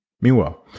Meanwhile